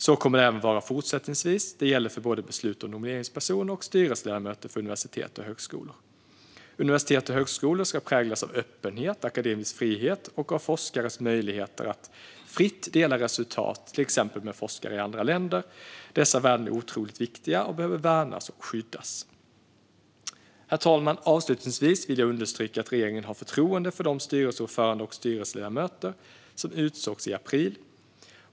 Så kommer det vara även fortsättningsvis. Detta gäller för både beslut om nomineringspersoner och styrelseledamöter för universitet och högskolor. Universitet och högskolor ska präglas av öppenhet, akademisk frihet och av forskares möjligheter att fritt dela resultat, till exempel med forskare i andra länder. Dessa värden är otroligt viktiga och behöver värnas och skyddas. Avslutningsvis vill jag understryka att regeringen har förtroende för de styrelseordförande och styrelseledamöter som utsågs i april.